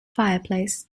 fireplace